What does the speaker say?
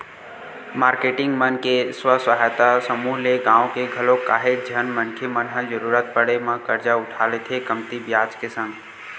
marketing मन के स्व सहायता समूह ले गाँव के घलोक काहेच झन मनखे मन ह जरुरत पड़े म करजा उठा लेथे कमती बियाज के संग